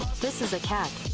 this is a cat.